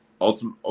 Ultimate